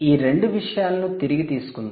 ఈ 2 విషయాలను తిరిగి తీసుకుందాం